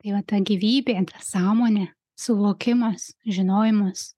tai va ta gyvybė sąmonė suvokimas žinojimas